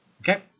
Okay